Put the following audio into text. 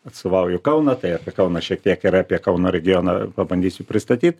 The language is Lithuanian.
atstovauju kauną tai apie kauną šiek tiek yra apie kauno regioną pabandysiu pristatyt